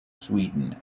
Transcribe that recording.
sweden